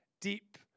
deep